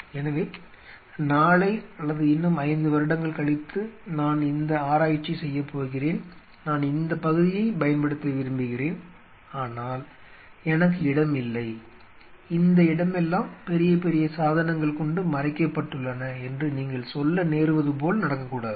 எனவே நாளை அல்லது இன்னும் 5 வருடங்கள் கழித்து நான் இந்த ஆராய்ச்சி செய்யப் போகிறேன் நான் இந்த பகுதியைப் பயன்படுத்த விரும்புகிறேன் ஆனால் எனக்கு இடம் இல்லை இந்த இடமெல்லாம் பெரிய பெரிய சாதனங்கள் கொண்டு மறைக்கப்பட்டுள்ளன என்று நீங்கள் சொல்லநேர்வதுபோல் நடக்கக்கூடாது